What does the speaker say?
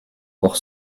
pour